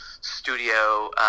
studio